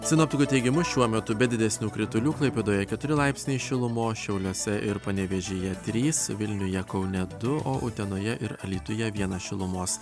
sinoptikų teigimu šiuo metu be didesnių kritulių klaipėdoje keturi laipsniai šilumos šiauliuose ir panevėžyje trys vilniuje kaune du o utenoje ir alytuje vienas šilumos